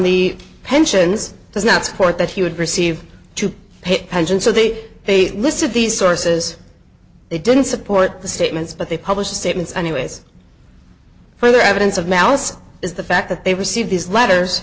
the pensions does not support that he would receive to pay pensions so they they listed these sources they didn't support the statements but they published statements anyways further evidence of malice is the fact that they received these letters